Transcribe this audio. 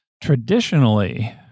Traditionally